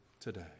today